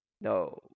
No